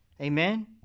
Amen